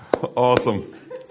Awesome